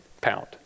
pound